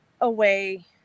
away